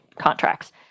contracts